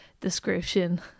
description